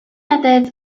methods